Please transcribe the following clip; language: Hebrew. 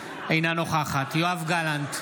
נוכחת יואב גלנט,